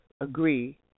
agree